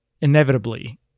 inevitably